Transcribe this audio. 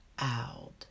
out